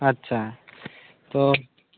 আচ্ছা তো